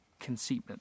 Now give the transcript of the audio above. conceitment